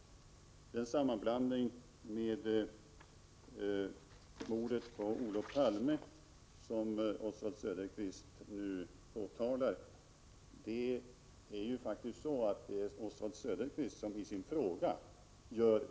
Beträffande den sammanblandning med mordet på Olof Palme som Oswald Söderqvist påtalar gör han faktiskt själv denna koppling i sin fråga.